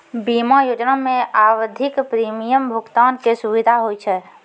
बीमा योजना मे आवधिक प्रीमियम भुगतान के सुविधा होय छै